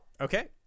Okay